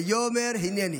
ויאמר: הינני.